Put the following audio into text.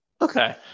Okay